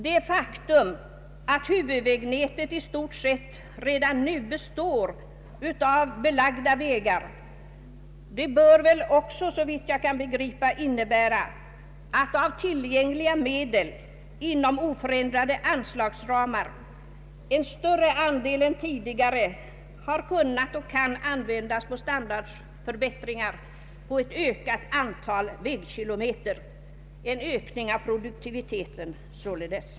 Det faktum att huvudvägnätet i stort sett redan nu består av belagda vägar bör väl också, så vitt jag kan begripa, innebära att av tillgängliga medel inom oförändrade anslagsramar en större andel än tidigare har kunnat och kan användas till standardiseringsförbättringar på ett ökat antal vägkilometer, således en ökning av produktiviteten.